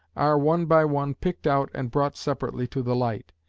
are one by one picked out and brought separately to the light.